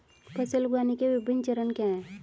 फसल उगाने के विभिन्न चरण क्या हैं?